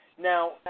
Now